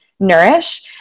nourish